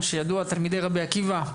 מה שידוע, תלמידי רבי עקיבא,